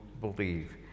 believe